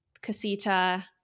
Casita